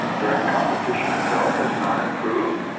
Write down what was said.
during the competition itself has not improved.